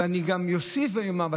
ואני גם אוסיף ואומר,